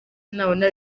nabona